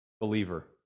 believer